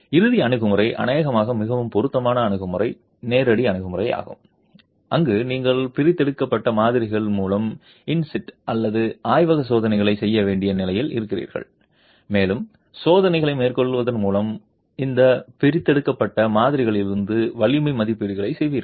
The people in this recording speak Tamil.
இறுதி அணுகுமுறை அநேகமாக மிகவும் பொருத்தமான அணுகுமுறை நேரடி அணுகுமுறையாகும் அங்கு நீங்கள் பிரித்தெடுக்கப்பட்ட மாதிரிகள் மீது இன் சிட்டு அல்லது ஆய்வக சோதனைகளைச் செய்ய வேண்டிய நிலையில் இருக்கிறீர்கள் மேலும் சோதனைகளை மேற்கொள்வதன் மூலம் இந்த பிரித்தெடுக்கப்பட்ட மாதிரிகளிலிருந்து வலிமை மதிப்பீடுகளை செய்கிறீர்கள்